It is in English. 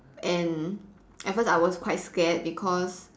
and at first I was quite scared because